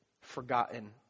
forgotten